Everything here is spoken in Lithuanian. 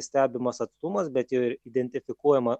stebimas atstumas bet ir identifikuojama